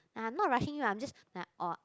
I'm not rushing you I'm just like orh